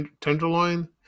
tenderloin